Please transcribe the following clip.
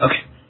Okay